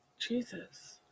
Jesus